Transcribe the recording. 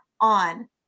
on